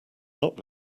not